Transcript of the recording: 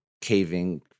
caving